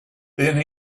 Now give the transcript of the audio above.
then